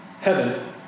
Heaven